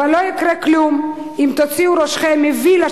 אבל לא יקרה כלום אם תוציאו ראשכם מהווילה